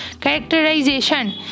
Characterization